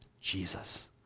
Jesus